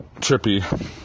trippy